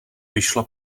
vyšla